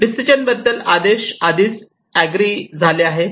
decision बद्दल आदेश आधीच एग्री झाले आहे